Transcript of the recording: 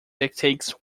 dictates